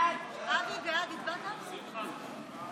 ההצעה להעביר את הצעת חוק הגנת הצרכן (תיקון,